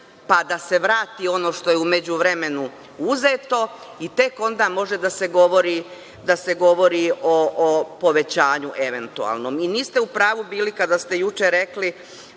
pa da se vrati ono što je u međuvremenu uzeto i tek onda može da se govori o povećanju eventualnom. Niste u pravu bili kada ste juče rekli